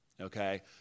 okay